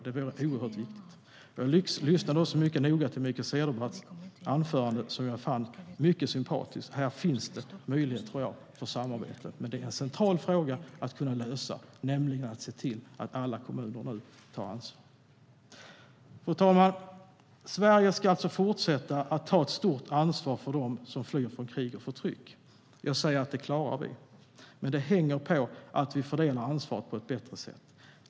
Det vore oerhört viktigt. Jag lyssnade också noga till Mikael Cederbratts anförande, som jag fann mycket sympatiskt. Här finns det möjlighet för samarbete. Det är en central fråga att lösa att se till att alla kommuner tar ansvar. Fru talman! Sverige ska alltså fortsätta att ta ett stort ansvar för dem som flyr från krig och förtryck. Det klarar vi, men det hänger på att vi fördelar ansvaret på ett bättre sätt.